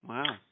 Wow